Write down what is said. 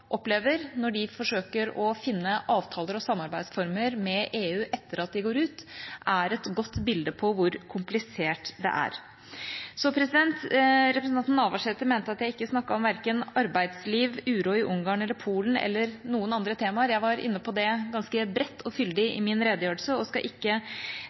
opplever, når de forsøker å finne avtaler og samarbeidsformer med EU etter at de går ut, er et godt bilde på hvor komplisert det er. Representanten Navarsete mente at jeg ikke snakket om verken arbeidsliv, uro i Ungarn, Polen eller andre temaer. Jeg var ganske bredt og fyldig inne på det i min redegjørelse og skal ikke